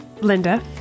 linda